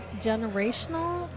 generational